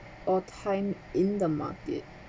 or time in the market